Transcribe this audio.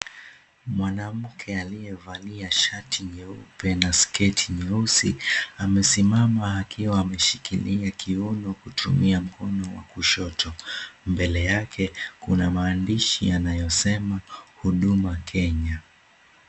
Mwanamke aliye valia shati nyeupe na sketi nyeusi amesimama akiwa ameshikilia kiuno kutumia mkono wa kushoto mbele yake kuna maandishi yanayo sema, Huduma Kenya.